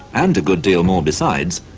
and a good deal more besides,